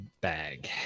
bag